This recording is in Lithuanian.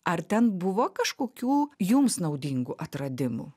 ar ten buvo kažkokių jums naudingų atradimų